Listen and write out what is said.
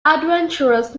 adventurous